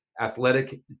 athletic